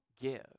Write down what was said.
give